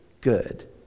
good